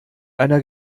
einer